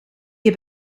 heb